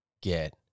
get